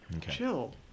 Chill